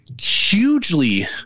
hugely